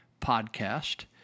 podcast